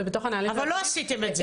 אבל לא עשיתם את זה.